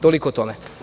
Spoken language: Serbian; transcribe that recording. Toliko o tome.